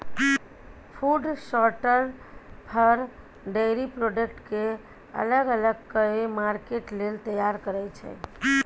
food sorter for, dairy product केँ अलग अलग कए मार्केट लेल तैयार करय छै